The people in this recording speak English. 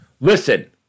listen